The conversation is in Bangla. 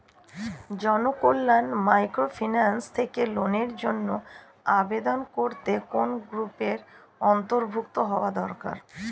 জনকল্যাণ মাইক্রোফিন্যান্স থেকে লোনের জন্য আবেদন করতে কোন গ্রুপের অন্তর্ভুক্ত হওয়া দরকার?